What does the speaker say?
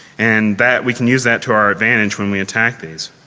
and that, we can use that to our advantage when we attack these.